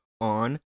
on